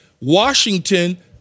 Washington